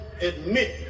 admit